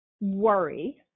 worry